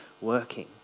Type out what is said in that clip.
working